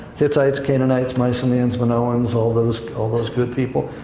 hittites, canaanites, mycenaeans, minoans, all those, all those good people?